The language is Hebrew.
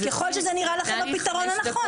ככל שזה נראה לכם הפתרון הנכון.